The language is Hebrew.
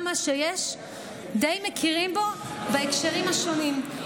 גם במה שיש די מכירים בהקשרים השונים,